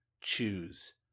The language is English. choose